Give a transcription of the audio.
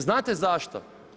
Znate zašto?